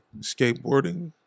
skateboarding